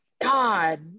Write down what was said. God